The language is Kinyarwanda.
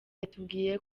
yatubwiye